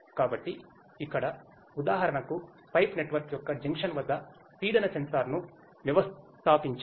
కాబట్టి ఇక్కడ ఉదాహరణకు పైప్ నెట్వర్క్ యొక్క జంక్షన్ వద్ద పీడన సెన్సార్ను వ్యవస్థాపించాము